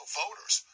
voters